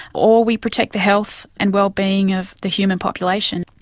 or we protect the health and well-being of the human population.